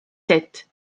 sept